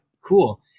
cool